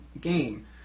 game